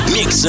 Mix